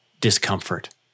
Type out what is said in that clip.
discomfort